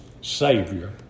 Savior